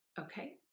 Okay